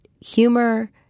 humor